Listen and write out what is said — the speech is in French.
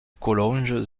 collonges